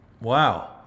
Wow